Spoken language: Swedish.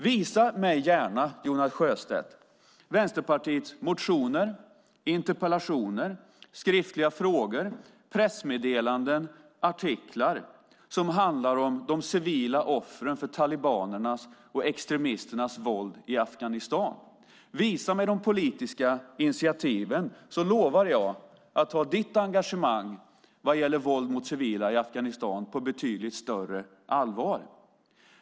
Visa mig gärna, Jonas Sjöstedt, Vänsterpartiets motioner, interpellationer, skriftliga frågor, pressmeddelanden, artiklar som handlar om de civila offren för talibanernas och extremisternas våld i Afghanistan och visa mig de politiska initiativen, så lovar jag att ta ditt engagemang vad gäller våld mot civila i Afghanistan på betydligt större allvar!